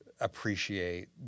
appreciate